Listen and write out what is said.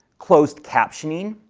closed captioning,